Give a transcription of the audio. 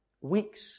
weeks